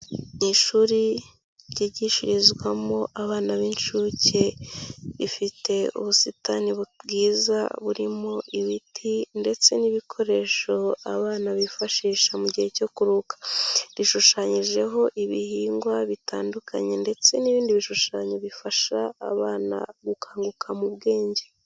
Mu ishuri ryigishirizwamo abana b'inshuke rifite ubusitani bwiza burimo ibiti ndetse n'ibikoresho abana bifashisha mu gihe cyo kuruhuka, rishushanyijeho ibihingwa bitandukanye ndetse n'ibindi bishushanyo bifasha abana gukanguka mu bwenge.